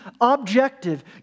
objective